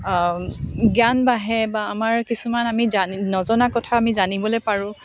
জ্ঞান বাঢ়ে বা আমাৰ কিছুমান আমি জানি নজনা কথাও আমি জানিবলৈ পাৰোঁ